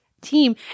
team